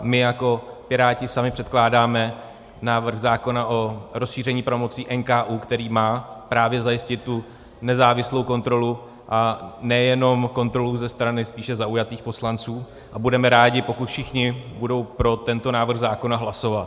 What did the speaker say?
My jako Piráti sami předkládáme návrh zákona o rozšíření pravomocí NKÚ, který má právě zajistit tu nezávislou kontrolu, a nejenom kontrolu ze strany spíše zaujatých poslanců, a budeme rádi, pokud všichni budou pro tento návrh zákona hlasovat.